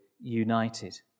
united